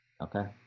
okay